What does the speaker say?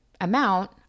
amount